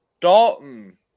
Dalton